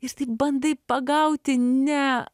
ir taip bandai pagauti ne